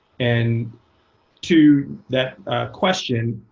and to that question,